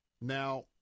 Now